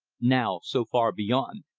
now so far beyond.